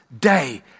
day